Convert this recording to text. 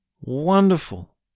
wonderful